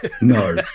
No